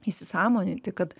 įsisąmoninti kad